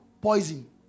poison